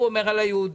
הקואליציוניים.